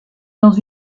dans